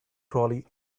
trolley